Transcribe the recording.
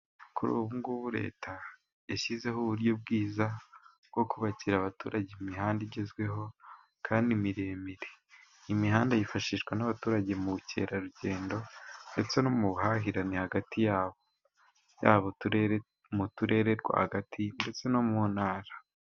Kuri ubu ngubu leta, yashyizeho uburyo bwiza bwo kubakira abaturage imihanda igezweho, kandi miremire. Imihanda yifashishwa n'abaturage, mu bukerarugendo ndetse no mu buhahirane hagati yabo. Yaba mu turere rwagati ndetse no mu ntara.